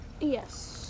Yes